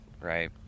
right